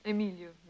Emilio